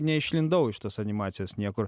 neišlindau iš tos animacijos niekur